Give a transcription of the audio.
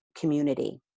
community